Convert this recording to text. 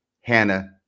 Hannah